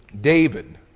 David